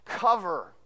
cover